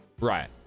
right